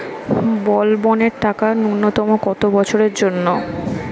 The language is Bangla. বলবনের টাকা ন্যূনতম কত বছরের জন্য?